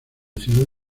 ciudad